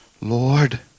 Lord